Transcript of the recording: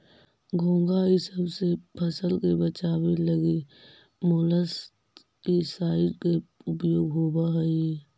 घोंघा इसब से फसल के बचावे लगी मोलस्कीसाइड के उपयोग होवऽ हई